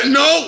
no